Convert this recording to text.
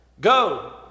go